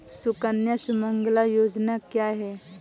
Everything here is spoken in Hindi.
सुकन्या सुमंगला योजना क्या है?